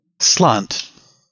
Slant